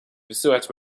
wysyłać